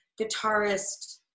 guitarist